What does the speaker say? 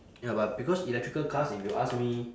ya but because electrical cars if you ask me